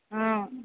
ఆ